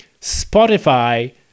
Spotify